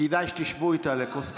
כדאי שתשבו איתה לכוס קפה.